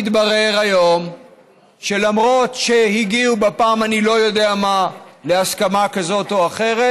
מתברר היום שלמרות שהגיעו בפעם אני לא יודע כמה להסכמה כזאת או אחרת,